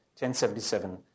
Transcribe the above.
1077